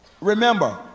remember